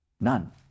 None